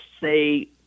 say